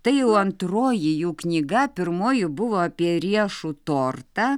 tai jau antroji jų knyga pirmoji buvo apie riešų tortą